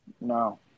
No